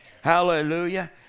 hallelujah